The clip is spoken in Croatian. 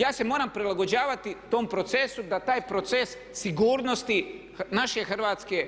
Ja se moram prilagođavati tom procesu da taj proces sigurnosti naše Hrvatske